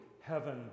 heaven